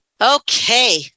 Okay